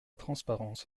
transparence